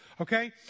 Okay